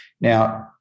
Now